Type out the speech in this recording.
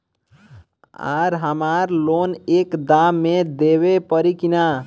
आर हमारा लोन एक दा मे देवे परी किना?